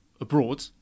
abroad